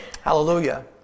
Hallelujah